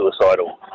suicidal